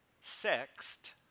sexed